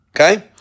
Okay